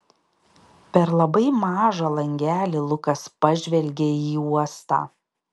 per labai mažą langelį lukas pažvelgė į uostą